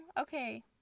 Okay